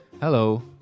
Hello